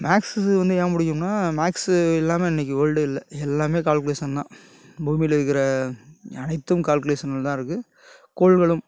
maths வந்து ஏன் பிடிக்கும்னா மேக்ஸு இல்லாமல் இன்னைக்கி வேர்ல்டே இல்லை எல்லாமே கால்குலேஷன் தான் பூமியில் இருக்குகிற அனைத்தும் கால்குலேஷனில் தான் இருக்குது கோள்களும்